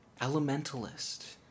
Elementalist